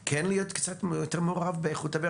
הייתם רוצים להיות מעורבים יותר באיכות האוויר?